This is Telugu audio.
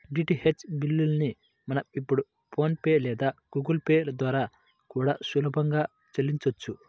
డీటీహెచ్ బిల్లుల్ని మనం ఇప్పుడు ఫోన్ పే లేదా గుగుల్ పే ల ద్వారా కూడా సులభంగా చెల్లించొచ్చు